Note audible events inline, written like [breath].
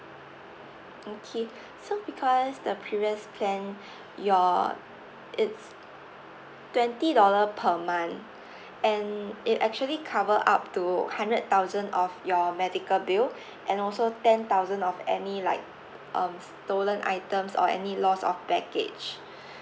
okay so because the previous plan [breath] your it's twenty dollar per month and it actually cover up to hundred thousand of your medical bill [breath] and also ten thousand of any like um stolen items or any loss of package